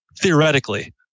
theoretically